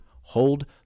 Hold